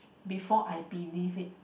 before I believe it